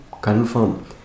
confirm